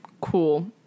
cool